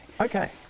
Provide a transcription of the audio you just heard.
Okay